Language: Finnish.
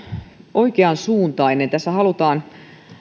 oikeansuuntainen tässä halutaan